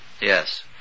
Yes